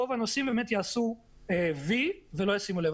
רוב הנוסעים באמת יסמנו V ולא ישימו לב.